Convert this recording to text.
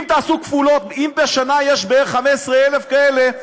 אם בשנה יש בערך 15,000 כאלה,